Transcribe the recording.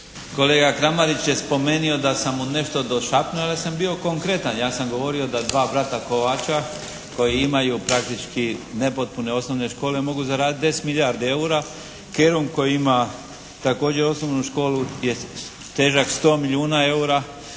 Kolega Kramarić je spomenuo da sam mu nešto došapnuo. Ja sam bio konkretan. Ja sam govorio da dva brata Kovača koji imaju praktički nepotpune osnovne škole mogu zaraditi 10 milijardi EUR-a. Kerum koji ima također osnovnu školu je težak 100 milijuna EUR-a.